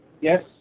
yes